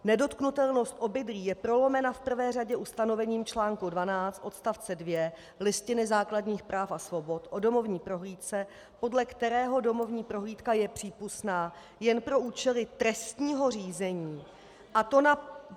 Nedotknutelnost obydlí je prolomena v prvé řadě ustanovením č. 12 odst. 2 Listiny základních práv a svobod o domovní prohlídce, podle kterého domovní prohlídka je přípustná jen pro účely trestního řízení, a to na...